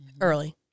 early